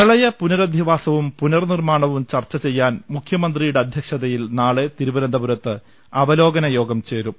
പ്രളയ പുനരധിവാസവും പുനർനിർമ്മാണവും ചർച്ച ചെയ്യാൻ മുഖൃ മന്ത്രിയുടെ അധ്യക്ഷതയിൽ നാളെ തിരുവനന്തപുരത്ത് അവലോകന യോഗം ചേരും